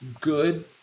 good